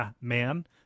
man